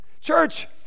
church